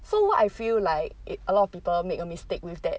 so what I feel like it a lot of people make a mistake with that